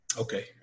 Okay